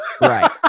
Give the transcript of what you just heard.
right